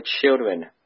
children